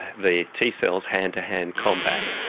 the t cells, hand-to-hand combat.